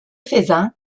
faisant